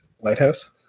lighthouse